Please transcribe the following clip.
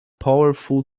powerful